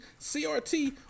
CRT